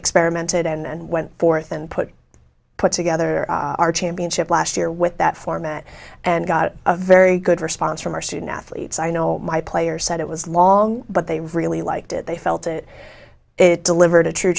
experimented and went forth and put put together our championship last year with that format and got a very good response from our student athletes i know my players said it was long but they really liked it they felt it it delivered a true